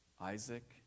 Isaac